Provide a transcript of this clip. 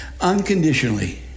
unconditionally